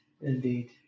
indeed